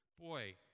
Boy